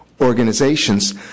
organizations